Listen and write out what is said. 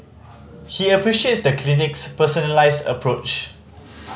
he appreciates the clinic's personalised approach